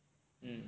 mm